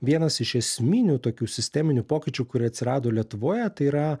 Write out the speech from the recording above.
vienas iš esminių tokių sisteminių pokyčių kurie atsirado lietuvoje tai yra